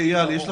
זה לא